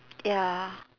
ya